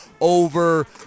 over